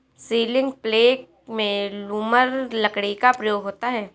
ceiling प्लेग में lumber लकड़ी का प्रयोग होता है